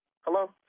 Hello